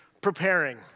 Preparing